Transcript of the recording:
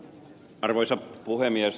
arvoisa puhemies